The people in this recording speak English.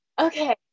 Okay